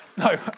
No